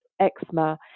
eczema